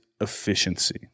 efficiency